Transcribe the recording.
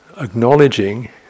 acknowledging